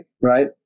right